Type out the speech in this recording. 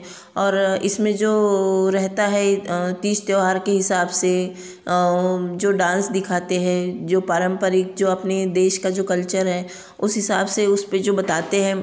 और इसमें जो रहता है तीज त्यौहार के हिसाब से जो डांस दिखाते हैं जो पारंपरिक जो अपने देश का जो कल्चर है उस हिसाब से उस पर जो बताते हैं